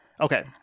Okay